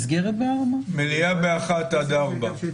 הנוסח עוד לא מאושר על ידי הגורמים המוסמכים.